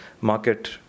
market